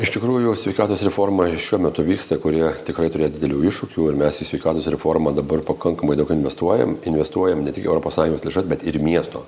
iš tikrųjų sveikatos reforma šiuo metu vyksta kuri tikrai turėjo didelių iššūkių ir mes į sveikatos reformą dabar pakankamai daug investuojam investuojam ne tik europos sąjungos lėšas bet ir miesto